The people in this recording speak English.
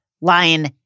lion